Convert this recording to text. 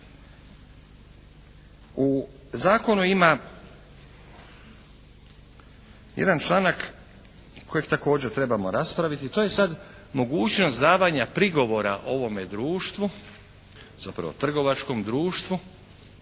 U zakonu ima jedan članak kojeg također trebamo raspraviti. To je sad mogućnost davanja prigovora ovome društvu, zapravo trgovačkom društvu